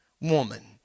woman